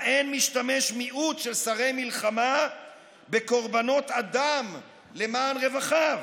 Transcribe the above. האין משתמש מיעוט של שרי מלחמה בקורבנות אדם למען רווחה?